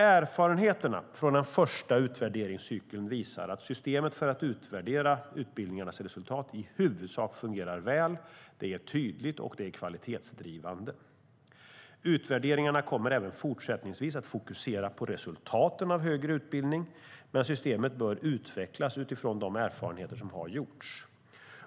Erfarenheterna från den första utvärderingscykeln visar att systemet för att utvärdera utbildningarnas resultat i huvudsak fungerar väl. Det är tydligt och det är kvalitetsdrivande. Utvärderingarna kommer även fortsättningsvis att fokusera på resultaten av högre utbildning, men systemet bör utvecklas utifrån de erfarenheter som har gjorts.